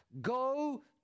Go